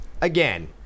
again